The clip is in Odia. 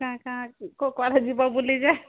କ'ଣ କ'ଣ କୁଆଡ଼େ ଯିବ ବୁଲି ଯେ